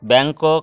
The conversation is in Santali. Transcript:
ᱵᱮᱝᱠᱚᱠ